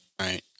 Right